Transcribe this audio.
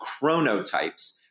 chronotypes